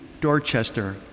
Dorchester